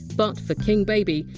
but for king baby,